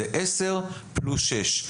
זה עשר פלוס שש.